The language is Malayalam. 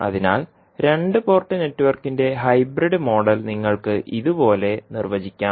അതിനാൽ രണ്ട് പോർട്ട് നെറ്റ്വർക്കിന്റെ ഹൈബ്രിഡ് മോഡൽ നിങ്ങൾക്ക് ഇതുപോലെ നിർവചിക്കാം